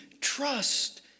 Trust